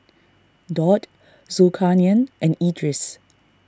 Daud Zulkarnain and Idris